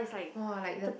!wah! like the